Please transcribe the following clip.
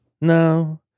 No